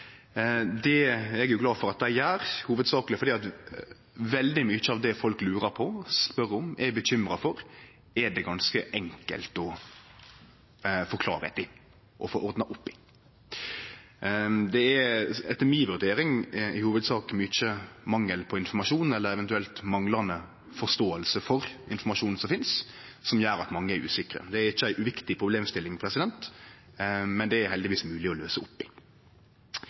Det er eg glad for at dei gjer, hovudsakleg fordi veldig mykje av det folk lurar på og spør om og er bekymra for, er det ganske enkelt å finne ut av og få ordna opp i. Det er etter mi vurdering i hovudsak mangel på informasjon eller eventuelt manglande forståing av informasjonen som finst, som gjer at mange er usikre. Det er ikkje ei uviktig problemstilling, men det er heldigvis mogleg å løyse opp i. Det store spørsmålet vi stiller oss her i